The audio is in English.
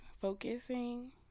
focusing